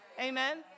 Amen